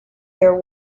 their